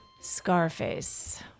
Scarface